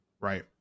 Right